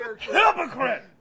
hypocrite